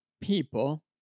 people